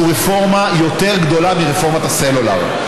זו רפורמה יותר גדולה מרפורמת הסלולר.